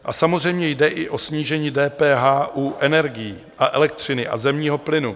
A samozřejmě jde i o snížení DPH u energií, elektřiny a zemního plynu.